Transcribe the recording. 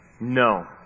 No